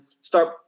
start